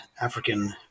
African